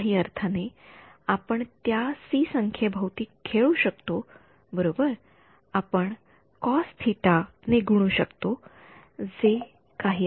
तर काही अर्थाने आपण त्या सी संख्ये भोवती खेळू शकतो बरोबर आपण कॉस थिटा ϴ ने गुणू शकतो जे काही असेल